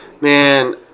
Man